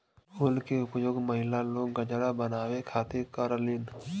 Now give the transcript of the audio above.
फूल के उपयोग महिला लोग गजरा बनावे खातिर करलीन